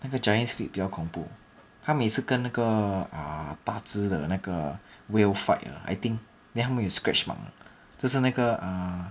那个 giant squid 比较恐怖他每次跟那个 uh 大子的那个 whale fight 的 I think then 他们有 scratch mark 的就是那个 uh